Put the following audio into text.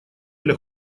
для